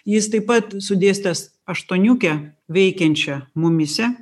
jis taip pat sudėstęs aštuoniukę veikiančią mumyse